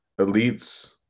elites